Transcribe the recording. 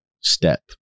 step